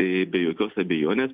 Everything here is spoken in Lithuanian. tai be jokios abejonės